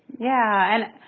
yeah and.